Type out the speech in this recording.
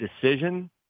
decision